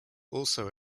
also